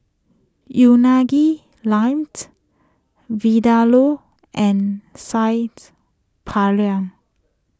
Unagi Lamb Vindaloo and Saagt Paneer